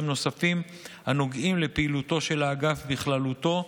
נוספים הנוגעים לפעילותו של האגף בכללותו,